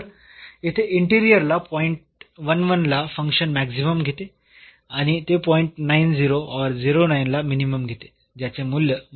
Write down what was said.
तर येथे इंटेरिअर ला पॉइंट ला फंक्शन मॅक्सिमम घेते आणि ते पॉईंट or ला मिनिमम घेते ज्याचे मूल्य आहे